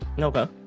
okay